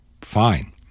Fine